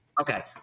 Okay